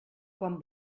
quan